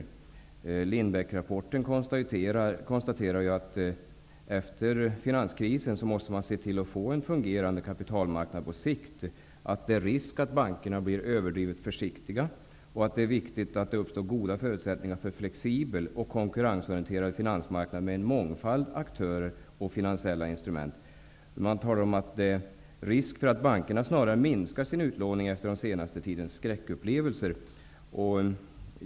I Lindbeckrapporten konstateras ju att man efter finanskrisen måste tillse att vi får en på sikt fungerande kapitalmarknad, att det är risk för att bankerna blir överdrivet försiktiga och att det är viktigt att uppnå goda förutsättningar för en flexibel och konkurrensorienterad finansmarknad med en mångfald av aktörer och finansiella instrument. Man talar om att det är risk för att bankerna snarare minskar sin utlåning efter den senaste tidens skräckupplevelser.